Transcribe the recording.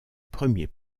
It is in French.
premier